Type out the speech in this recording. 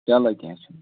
چلو کینٛہہ چھِنہٕ